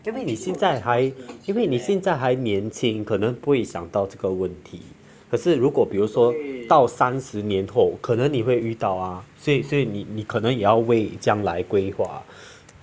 因为你现在还因为你现在还年轻可能不会想到这个问题可是如果比如说到三十年后可能你会遇到啊所以所以你你可能为将来规划